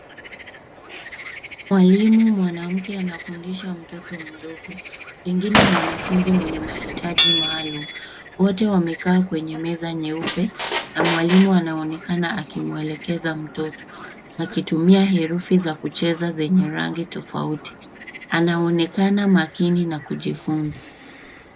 Mwalimu mwanamke anafundisha mtoto mdogo pengine mwanafunzi mwenye mahitaji maalum. Wote wamekaa kwenye meza nyeupe na mwalimu anaonekana akimuelekeza mtoto akitumia herufi za kucheza zenye rangi tofauti. Anaonekana makini na kujifunza.